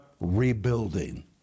rebuilding